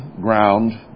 ground